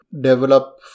develop